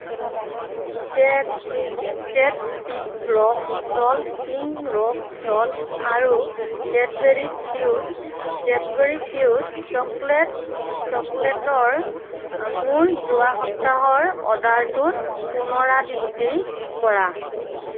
কেট্ছ pink rock salt আৰু Cadbury Fuse চকলেটৰ মোৰ যোৱা সপ্তাহৰ অৰ্ডাৰটোত পুনৰাবৃত্তি কৰা